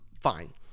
fine